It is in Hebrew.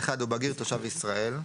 (1)הוא בגיר תושב ישראל,